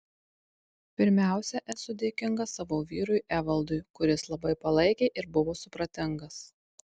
pirmiausia esu dėkinga savo vyrui evaldui kuris labai palaikė ir buvo supratingas